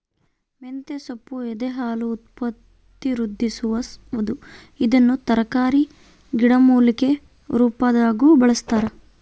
ಮಂತೆಸೊಪ್ಪು ಎದೆಹಾಲು ಉತ್ಪತ್ತಿವೃದ್ಧಿಸುವದು ಇದನ್ನು ತರಕಾರಿ ಗಿಡಮೂಲಿಕೆ ರುಪಾದಾಗೂ ಬಳಸ್ತಾರ